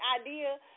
idea